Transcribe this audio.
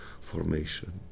formation